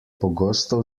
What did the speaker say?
pogosto